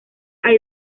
hay